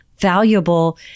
valuable